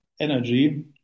energy